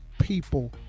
people